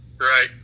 Right